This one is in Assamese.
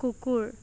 কুকুৰ